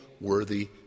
worthy